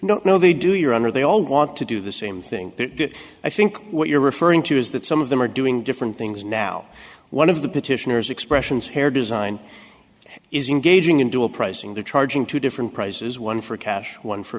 know they do you're under they all want to do the same thing i think what you're referring to is that some of them are doing different things now one of the petitioners expressions hair design is engaging in dual pricing the charging two different prices one for cash one for